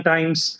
Times